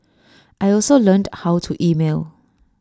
I also learned how to email